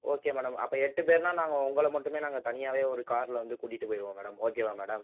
okay madam அப்போ எட்டு பேருனா நாங்கள் உங்களை மட்டுமே நாங்கள் தனியாகவே ஒரு காரில் வந்து கூட்டிட்டுப் போய்டுவோம் மேடம் ஓகேவா மேடம்